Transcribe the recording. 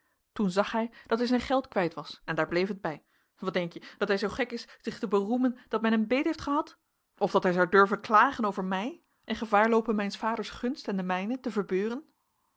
toen zag hij dat hij zijn geld kwijt was en daar bleef het bij denk je dat hij zoo gek is zich te beroemen dat men hem beet heeft gehad of dat hij zou durven klagen over mij en gevaar loopen mijns vaders gunst en de mijne te verbeuren